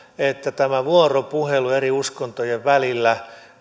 että tälle vuoropuhelulle eri uskontojen välillä